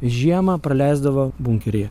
žiemą praleisdavo bunkeryje